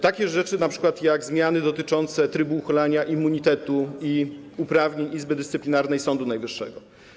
Takie rzeczy np. jak zmiany dotyczące trybu uchylania immunitetu i uprawnień Izby Dyscyplinarnej Sądu Najwyższego.